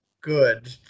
good